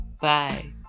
Bye